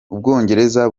ubwongereza